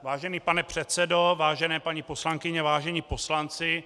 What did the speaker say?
Vážený pane předsedo, vážené paní poslankyně, vážení poslanci.